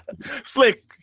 Slick